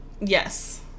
Yes